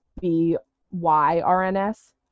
B-Y-R-N-S